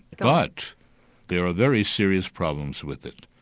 but there are very serious problems with it.